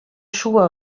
schuhe